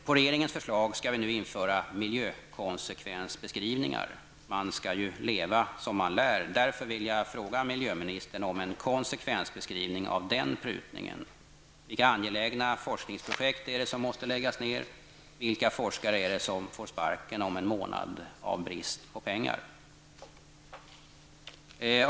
På regeringens förslag skall vi nu införa miljökonsekvens beskrivningar. Man skall ju leva som man lär. Därför vill jag be miljöministern om en konsekvensebeskrivning av den prutningen. Vilka angelägna forskningsprojekt måste läggas ner? Vilka forskare är det som på grund av brist på pengar får sparken om en månad?